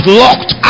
locked